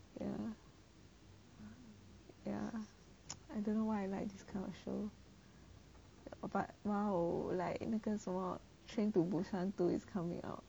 ya ya I don't know why I like this kind of show but !wow! like 那个什么 train to busan two is coming out